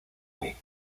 ley